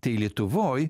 tai lietuvoj